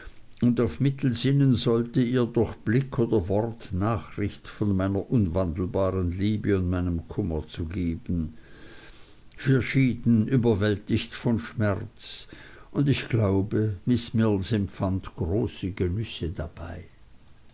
und auf mittel sinnen sollte ihr durch blick oder wort nachricht von meiner unwandelbaren liebe und meinem kummer zu geben wir schieden überwältigt von schmerz und ich glaube miß mills empfand große genüsse dabei